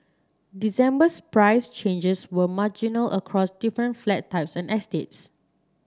December's price changes were marginal across different flat types and estates